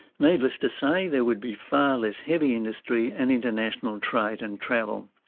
needless to say there would be far less heavy industry and international trade and travel.